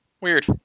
Weird